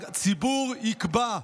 הציבור יקבע.